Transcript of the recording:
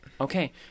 Okay